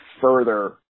further